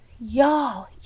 y'all